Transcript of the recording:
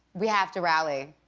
we have to rally.